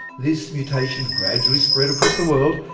this mutation gradually spread across the world,